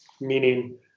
meaning